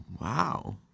wow